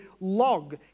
log